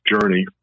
journey